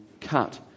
cut